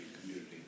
community